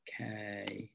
okay